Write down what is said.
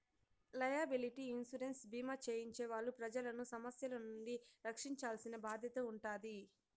liability insurance భీమా చేయించే వాళ్ళు ప్రజలను సమస్యల నుండి రక్షించాల్సిన బాధ్యత ఉంటాది